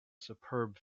superb